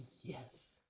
yes